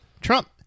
Trump